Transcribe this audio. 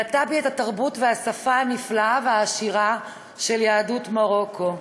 נטע בי את התרבות והשפה הנפלאה והעשירה של יהדות מרוקו.